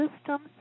System